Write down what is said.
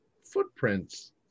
footprints